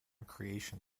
creation